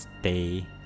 stay